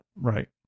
Right